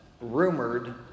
rumored